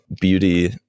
beauty